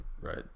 right